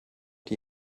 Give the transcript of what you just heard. die